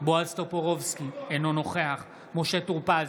בועז טופורובסקי, אינו נוכח משה טור פז,